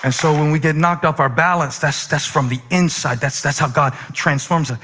and so when we get knocked off our balance, that's that's from the inside. that's that's how god transforms us.